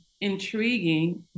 Intriguing